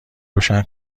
روشن